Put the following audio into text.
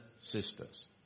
sisters